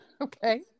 Okay